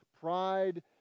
pride